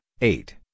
eight